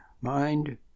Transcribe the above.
mind